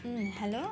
hello